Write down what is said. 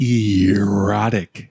erotic